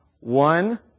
One